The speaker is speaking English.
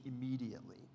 immediately